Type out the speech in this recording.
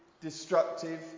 destructive